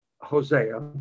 Hosea